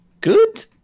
good